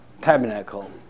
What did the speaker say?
tabernacle